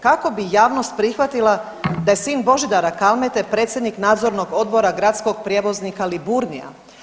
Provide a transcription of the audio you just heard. Kako bi javnost prihvatila da je sin Božidara Kalmete predsjednik Nadzornog odbora gradskog prijevoznika Liburnija.